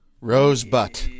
Rosebud